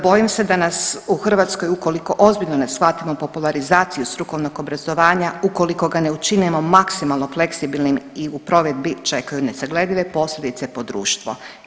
Bojim se da nas u Hrvatskoj ukoliko ozbiljno ne shvatimo popularizaciju strukovnog obrazovanja, ukoliko ga ne učinimo maksimalno fleksibilnim i u provedbi čekaju nesagledive posljedice po društvo.